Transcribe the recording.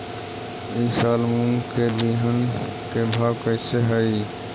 ई साल मूंग के बिहन के भाव कैसे हई?